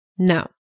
No